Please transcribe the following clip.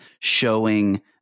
showing